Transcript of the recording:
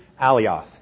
Alioth